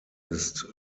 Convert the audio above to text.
ist